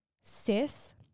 sis